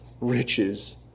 riches